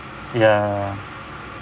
ya